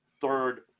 third